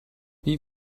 wie